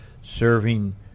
serving